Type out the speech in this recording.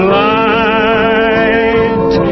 light